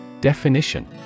Definition